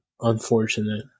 unfortunate